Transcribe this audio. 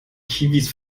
kiwis